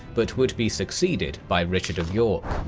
but would be succeeded by richard of york.